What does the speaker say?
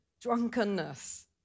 drunkenness